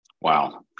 Wow